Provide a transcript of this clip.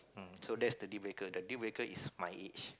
um so that's the deal breaker the deal breaker is my age